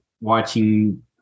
watching